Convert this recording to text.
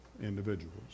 individuals